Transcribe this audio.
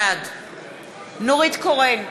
בעד נורית קורן,